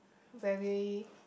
very